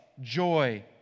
joy